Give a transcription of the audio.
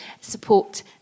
support